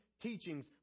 teachings